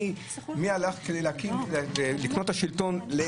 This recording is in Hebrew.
מי הקים כדי לקנות את השלטון,